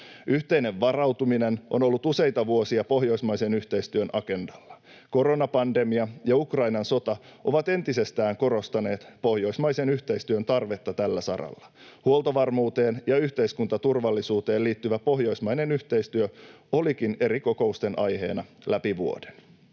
Yhteinen varautuminen on ollut useita vuosia pohjoismaisen yhteistyön agendalla. Koronapandemia ja Ukrainan sota ovat entisestään korostaneet pohjoismaisen yhteistyön tarvetta tällä saralla. Huoltovarmuuteen ja yhteiskuntaturvallisuuteen liittyvä pohjoismainen yhteistyö olikin eri kokousten aiheena läpi vuoden.